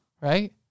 Right